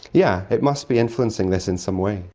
yeah it must be influencing this in some way.